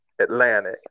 Atlantic